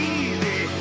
easy